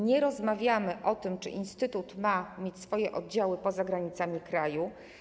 Nie rozmawiamy o tym, czy instytut ma mieć swoje oddziały poza granicami kraju.